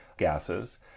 gases